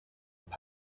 with